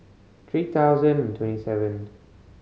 three thousand and twenty seventh